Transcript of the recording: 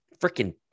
Freaking